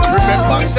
Remember